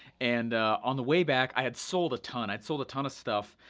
and on the way back, i had sold a ton, i had sold a ton of stuff.